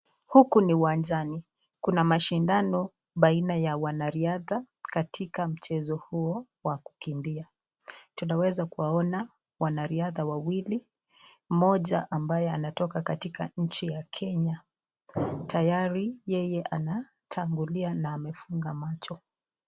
Huku ni uwanjani. Kuna mashindano baina ya wanariadha katika mchezo huo wa kukimbia. Tunaweza kuwaona wanariadha wawili, mmoja ambaye anatoka katika nchi ya Kenya. Tayari yeye anatangulia na amefunga macho.